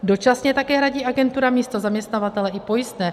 Dočasně také hradí agentura místo zaměstnavatele i pojistné.